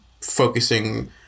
focusing